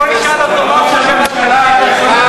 בוא נשאל אותו מה הוא אומר על התקציב.